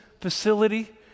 facility